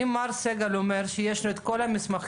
אם מר סגל אומר שיש לו את כל המסמכים